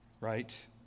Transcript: right